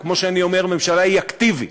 כמו שאני אומר, הממשלה היא אקטיבית.